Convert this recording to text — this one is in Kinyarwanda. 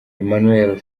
emmanuel